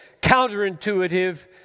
counterintuitive